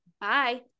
Bye